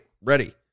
ready